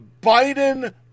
Biden